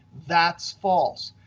that's false.